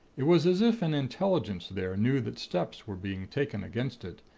it was as if an intelligence there knew that steps were being taken against it,